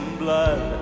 blood